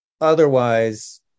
Otherwise